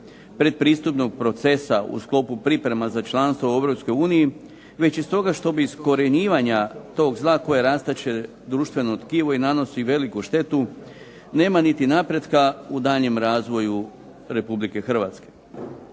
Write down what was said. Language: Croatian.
pretpristupnog procesa u sklopu priprema za članstvo u Europskoj uniji, već i stoga što bez iskorjenjivanja tog zla koje je rastuće društveno tkivo i nanosi veliku štetu, nema niti napretka u daljnjem razvoju Republike Hrvatske.